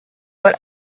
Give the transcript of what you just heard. but